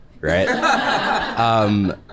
right